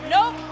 Nope